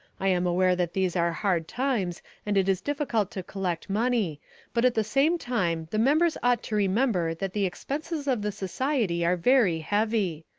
i am aware that these are hard times and it is difficult to collect money but at the same time the members ought to remember that the expenses of the society are very heavy.